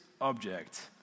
object